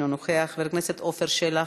אינו נוכח, חבר הכנסת עפר שלח,